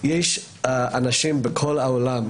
אבל יש אנשים בכל העולם,